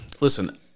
Listen